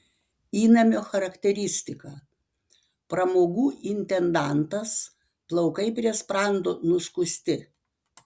įnamio charakteristika pramogų intendantas plaukai prie sprando nuskusti